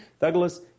Douglas